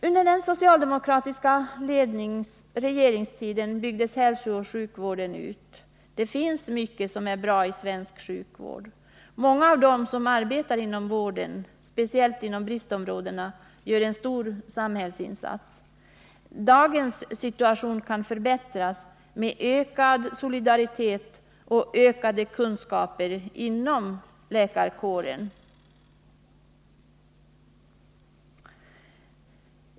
Under den socialdemokratiska regeringstiden byggdes hälsooch sjukvården ut. Det finns mycket som är bra i svensk sjukvård, och många av dem som arbetar inom vården, speciellt inom bristområdena, gör en stor samhällsinsats. Dagens situation kan förbättras med ökad solidaritet och ökade kunskaper inom läkarkåren.